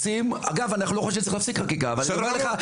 כי לא הייתה הפסקה לרגע.